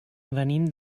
venim